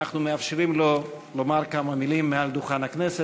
אנחנו מאפשרים לו לומר כמה מילים מעל דוכן הכנסת.